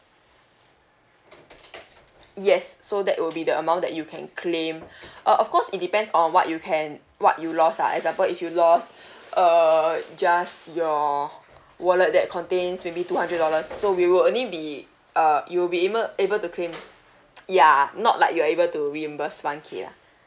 yes so that it will be the amount that you can claim uh of course it depends on what you can what you lost ah example if you lost err just your wallet that contains maybe two hundred dollar so we will only be uh you'll be able able to claim ya not like you're able to reimburse one K lah